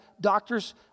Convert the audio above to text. doctors